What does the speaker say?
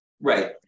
Right